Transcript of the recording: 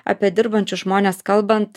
apie dirbančius žmones kalbant